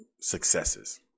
successes